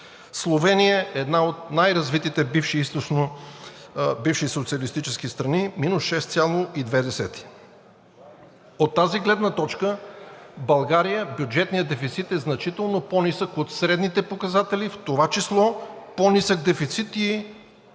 Словения, една от най-развитите бивши социалистически страни – минус 6,2. От тази гледна в България бюджетният дефицит е значително по-нисък от средните показатели, в това число по-нисък дефицит и